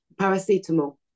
Paracetamol